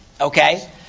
okay